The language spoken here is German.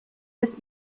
des